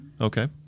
Okay